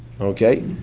okay